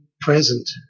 present